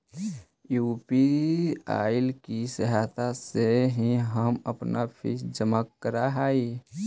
UPI की सहायता से ही हम अपन फीस जमा करअ हियो